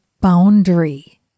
boundary